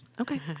Okay